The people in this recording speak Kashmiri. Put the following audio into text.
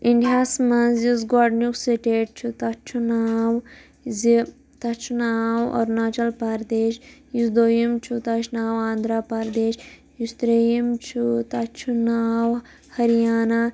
انڈیا ہَس مَنٛز یُس گۄڈٕنیٛک سٹیٹ چھُ تتھ چھُ ناو زِ تتھ چھُ ناو اروناچل پردیش یُس دوٚیم چھُ تتھ چھُ ناو آنٛدھرا پردیش یُس ترٛیٚیم چھُ تتھ چھُ ناو ہریانہ